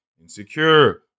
insecure